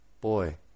Boy